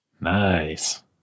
Nice